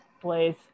Please